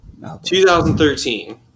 2013